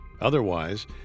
Otherwise